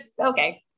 Okay